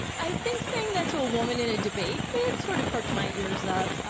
i think saying that to a woman in a debate sort of perked my ears up.